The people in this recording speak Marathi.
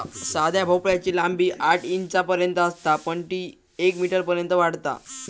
साध्या भोपळ्याची लांबी आठ इंचांपर्यंत असता पण ती येक मीटरपर्यंत वाढता